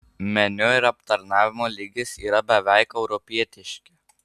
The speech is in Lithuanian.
meniu ir aptarnavimo lygis yra beveik europietiški